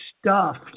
stuffed